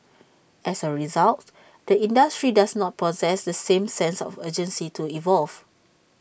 as A result the industry does not possess the same sense of urgency to evolve